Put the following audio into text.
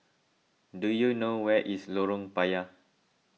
do you know where is Lorong Payah